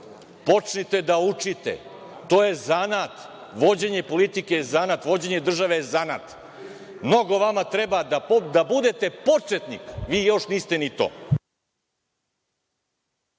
Počnite da učite. To je zanat. Vođenje politike je zanat. Vođenje države je zanat. Mnogo vama treba da budete početnik. Vi još niste ni to.